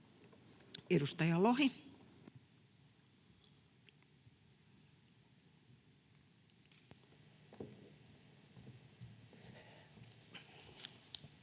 Edustaja Lohi.